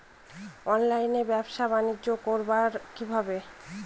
অনলাইনে ব্যবসা বানিজ্য করব কিভাবে?